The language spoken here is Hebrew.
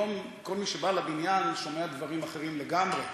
היום כל מי שבא לבניין שומע דברים אחרים לגמרי.